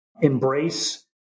Embrace